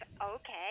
okay